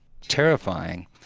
terrifying